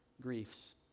griefs